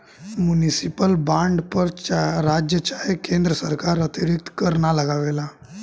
municipal bond पर राज्य चाहे केन्द्र सरकार अतिरिक्त कर ना लगावेला